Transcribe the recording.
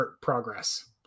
progress